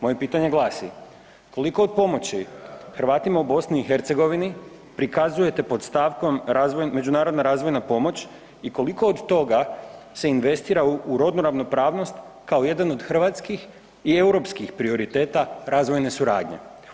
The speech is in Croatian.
Moje pitanje glasi, koliko od pomoći Hrvatima u BiH prikazujete pod stavkom „međunarodna razvojna pomoć“ i koliko od toga se investira u rodnu ravnopravnost kao jedan od hrvatskih i europskih prioriteta razvojne suradnje?